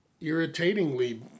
irritatingly